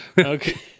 Okay